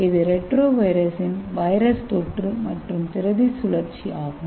இது ரெட்ரோ வைரஸின் வைரஸ் தொற்று மற்றும் பிரதி சுழற்சி ஆகும்